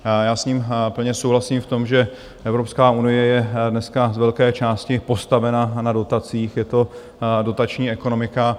Já s ním plně souhlasím v tom, že Evropská unie je dneska z velké části postavena na dotacích, je to dotační ekonomika.